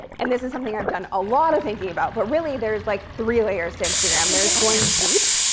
and this is something i've done a lot of thinking about, but really there's like three layers to instagram. there's going deep,